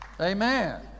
Amen